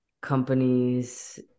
companies